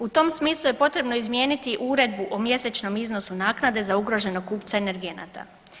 U tom smislu potrebno je izmijeniti uredbu o mjesečnom iznosu naknade za ugroženog kupca energenata.